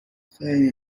خلی